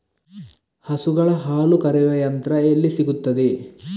ಹಸುಗಳ ಹಾಲು ಕರೆಯುವ ಯಂತ್ರ ಎಲ್ಲಿ ಸಿಗುತ್ತದೆ?